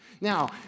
Now